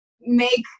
make